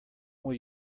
will